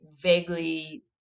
vaguely